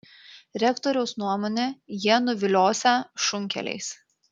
rektoriaus nuomone jie nuviliosią šunkeliais